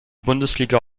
bundesliga